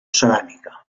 ceràmica